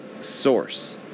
source